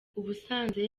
ubusanzwe